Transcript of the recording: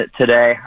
today